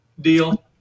deal